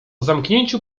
zamknięciu